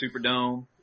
Superdome